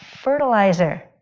fertilizer